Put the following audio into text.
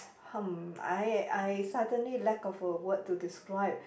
hmm I I suddenly lack of a word to describe